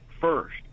first